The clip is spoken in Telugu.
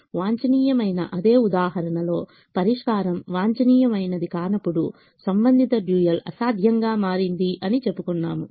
వాంఛనీయమైన అదే ఉదాహరణ లో పరిష్కారం వాంఛనీయమైనది కానప్పుడు సంబంధిత డ్యూయల్ అసాధ్యం గా మారింది అని చెప్పుకున్నాము